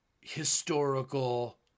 historical